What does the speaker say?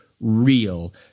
real